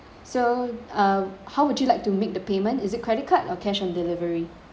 so uh how would you like to make the payment is it credit card or cash on delivery